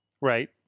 right